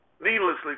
needlessly